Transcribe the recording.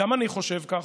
גם אני חושב כך,